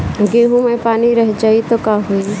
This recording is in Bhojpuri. गेंहू मे पानी रह जाई त का होई?